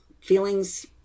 feelings